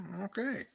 Okay